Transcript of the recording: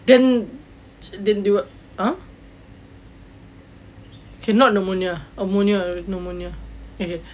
then didn't do what !huh! okay not pneumonia ammonia pneumonia